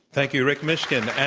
thank you rick mishkin. and